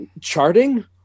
charting